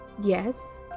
Yes